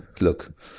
Look